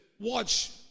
Watch